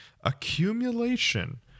Accumulation